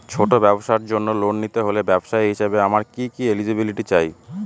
ছোট ব্যবসার জন্য লোন নিতে হলে ব্যবসায়ী হিসেবে আমার কি কি এলিজিবিলিটি চাই?